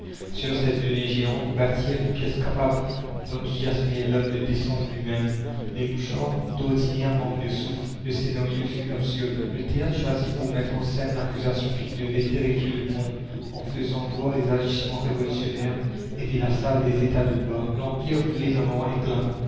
sur cette donnée géante bâtir une pièce capable d'enthousiasmer l'homme de décembre lui-même les mouchards d'ordinaire manquent de souffle le scenario fut absurde la commune le théâtre choisi pour mettre en scène l'accusation qui devait terrifier le monde en faisant voir les agissements révolutionnaires était la salle des états de blois l'empire voulait un grand éclat